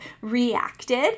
reacted